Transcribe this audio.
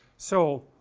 so